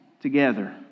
together